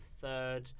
third